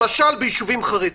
למשל, ביישובים חרדים.